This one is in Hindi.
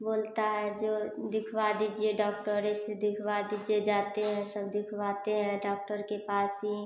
बोलता है जो दिखवा दीजिए डॉक्टर ही से दिखवा दीजिए जाते हैं सब दिखवाते हैं डॉक्टर के पास ही